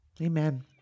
Amen